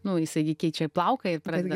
nu jisai gi keičia plauką ir pradeda